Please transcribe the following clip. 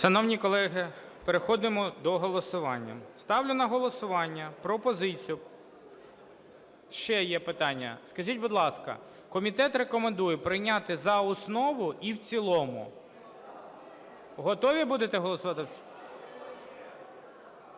Шановні колеги, переходимо до голосування. Ставлю на голосування пропозицію. Ще є питання: скажіть, будь ласка, комітет рекомендує прийняти за основу і в цілому. Готові будете голосувати?